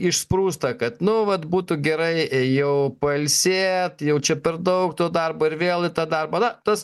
išsprūsta kad nu vat būtų gerai ėjau pailsėt jau čia per daug to darbo ir vėl į tą darbą na tas